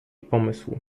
pomysł